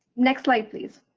next slide please.